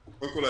קודם כל,